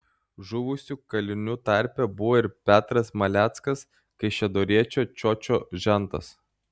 žuvusių kalinių tarpe buvo ir petras maleckas kaišiadoriečio čiočio žentas